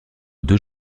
deux